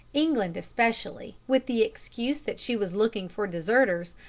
england especially, with the excuse that she was looking for deserters,